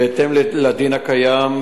בהתאם לדין הקיים,